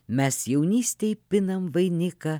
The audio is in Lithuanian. mes jaunystėj pinam vainiką